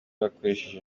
bakoresheje